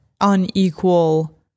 unequal